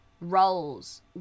roles